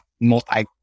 multi